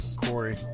Corey